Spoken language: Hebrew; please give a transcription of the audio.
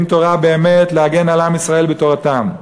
תורה באמת להגן על עם ישראל בתורתם.